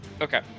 Okay